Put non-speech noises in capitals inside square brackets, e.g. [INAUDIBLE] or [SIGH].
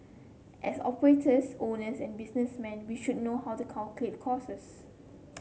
as operators owners and businessmen we should know how to calculate [UNINTELLIGIBLE]